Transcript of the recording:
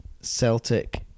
Celtic